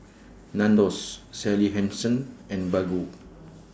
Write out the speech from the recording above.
Nandos Sally Hansen and Baggu